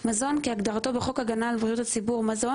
""מזון" - כהגדרתו בחוק הגנה על בריאות הציבור (מזון),